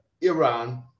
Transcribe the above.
Iran